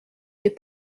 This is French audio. des